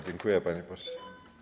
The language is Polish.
Dziękuję, panie pośle.